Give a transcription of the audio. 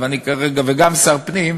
וגם שר פנים,